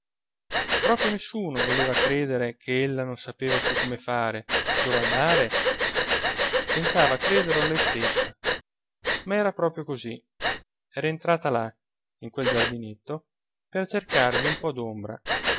proprio nessuno voleva credere che ella non sapeva più come fare dove andare stentava a crederlo lei stessa ma era proprio così era entrata là in quel giardinetto per cercarvi un po